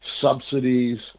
Subsidies